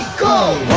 go?